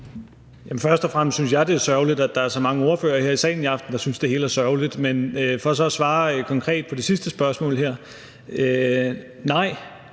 Først og fremmest synes jeg, det er sørgeligt, at der er så mange ordførere her i salen i aften, der synes, at det hele er sørgeligt. Men for så at svare konkret på det sidste spørgsmål her: Nej,